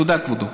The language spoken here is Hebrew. תודה, כבודו.